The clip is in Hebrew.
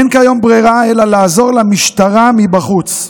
אין כיום ברירה אלא לעזור למשטרה מבחוץ.